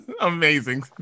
amazing